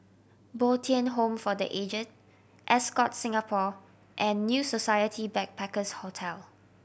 Bo Tien Home for The Aged Ascott Singapore and New Society Backpackers' Hotel